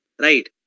Right